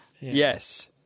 Yes